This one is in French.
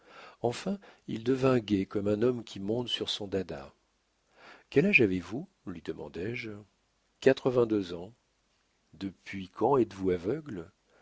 enfin il devint gai comme un homme qui monte sur son dada quel âge avez-vous lui demandai-je quatre-vingt-deux ans depuis quand êtes-vous aveugle